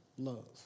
love